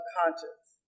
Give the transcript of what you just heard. conscience